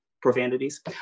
Profanities